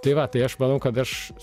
tai va tai aš manau kad aš